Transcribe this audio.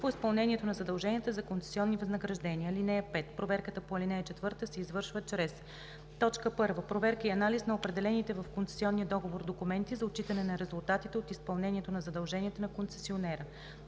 по изпълнението на задълженията за концесионни възнаграждения. (5) Проверката по ал. 4 се извършва чрез: 1. проверка и анализ на определените в концесионния договор документи за отчитане на резултатите от изпълнението на задълженията на концесионера;